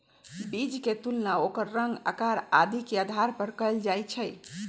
बीज के तुलना ओकर रंग, आकार आदि के आधार पर कएल जाई छई